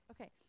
Okay